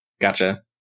gotcha